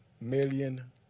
million